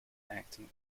acting